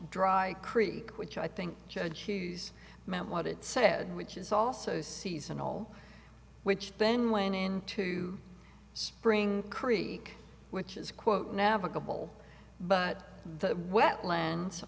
dry creek which i think judge hughes meant what it said which is also seasonal which then went into spring creek which is quote navigable but the wetlands